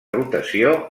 rotació